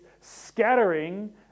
scattering